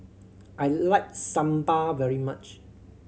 I like Sambar very much